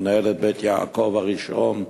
מנהלת "בית יעקב" הראשון בקרקוב,